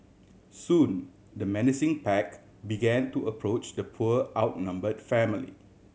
soon the menacing pack began to approach the poor outnumbered family